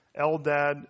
Eldad